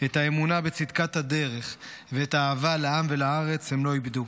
את האמונה בצדקת הדרך ואת האהבה לעם ולארץ הם לא איבדו.